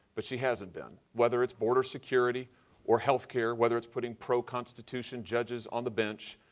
but she hasn't been. whether it's border security or healthcare, whether it's putting pro constitution judges on the bench,